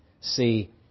see